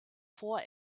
vor